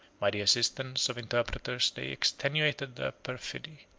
by the assistance of interpreters they extenuated their perfidy,